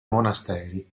monasteri